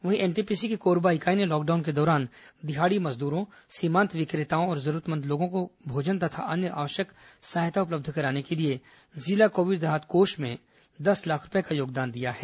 वहीं एनटीपीसी की कोरबा इकाई ने लॉकडाउन के दौरान दिहाड़ी मजद्रों सीमांत विक्रेताओं और जरूरतमंद लोगों को भोजन तथा अन्य आवश्यक सहायता उपलब्ध कराने के लिए जिला कोविड राहत कोष में दस लाख रूपये का योगदान दिया है